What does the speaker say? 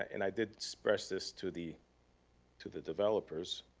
and i did express this to the to the developers.